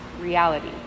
reality